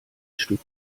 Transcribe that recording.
stück